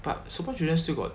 but super junior still got